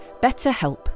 BetterHelp